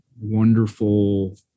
wonderful